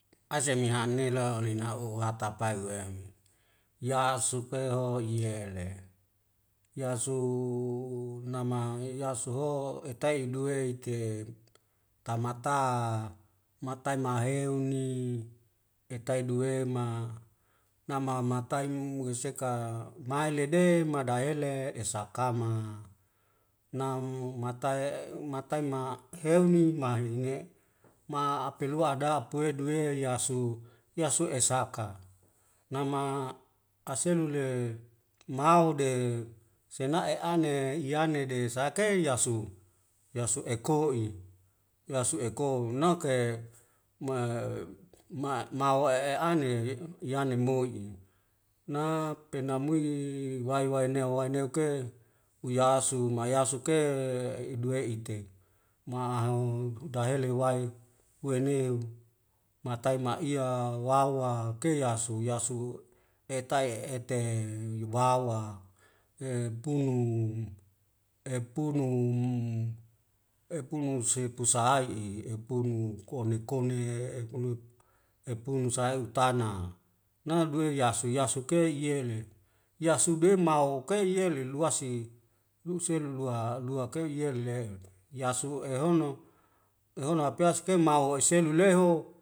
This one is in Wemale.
Aze mi ha'ne lo lena hu hatapae wemi ya sukeho yele yasu uuuuu nama eyasuho etai duwei te tamata matai maheuni etai duwe ma nama matai mumu wiseka maelede madahele esakama namu mahatai e mahatai ma heumni mahine ma aapelua adapue duwe yasu yasu esaka nama aselu le mau de sena'e ane yanede sake yasu yasu eko'i yasu eko nauke mae ma mawe e'ane ye' yane mo'i na penamui wai wai nea waineuk ke uyasu mayasuk ke iduwe'i te maho dahele wae huaneu matai ma'iya wawa kei yasu yasuhu etaie'e yuwawa e punum e punu sipu sahai'i epunu kone kone epulut epunu sai utana naduwe yasu yasuk ke yele yasude mau kei yele luasi nuse lulua lua kei yele yasu ehono ehono hapiase keu mau eselu le ho